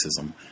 racism